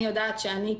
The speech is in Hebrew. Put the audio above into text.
אני יודעת שאני,